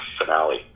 finale